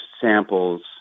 samples